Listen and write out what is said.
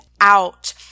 out